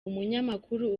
umunyamakuru